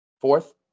Fourth